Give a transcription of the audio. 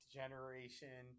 generation